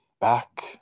Back